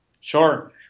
Sure